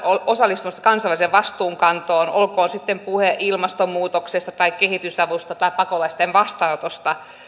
osallistumassa kansalaisen vastuunkantoon olkoon sitten puhe ilmastonmuutoksesta tai kehitysavusta tai pakolaisten vastaanotosta